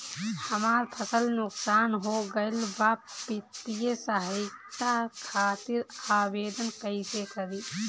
हमार फसल नुकसान हो गईल बा वित्तिय सहायता खातिर आवेदन कइसे करी?